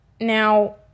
Now